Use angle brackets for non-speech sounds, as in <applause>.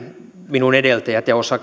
minun edeltäjäni ja osa <unintelligible>